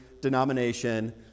denomination